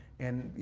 and you